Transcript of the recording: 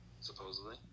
supposedly